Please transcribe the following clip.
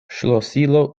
ŝlosilo